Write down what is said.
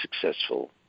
successful